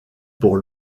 pour